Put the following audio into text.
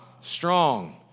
Strong